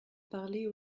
parler